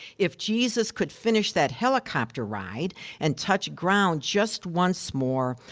if jesus could finish that helicopter ride and touch ground just once more,